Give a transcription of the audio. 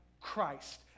Christ